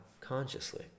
consciously